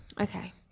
Okay